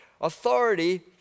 authority